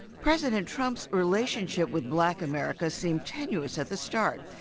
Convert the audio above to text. president trump's relationship with black america seemed tenuous at the start.